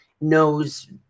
knows